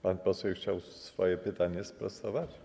Pan poseł chciał swoje pytanie sprostować?